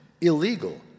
illegal